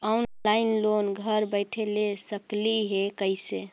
Online loan घर बैठे ले सकली हे, कैसे?